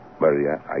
Maria